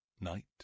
night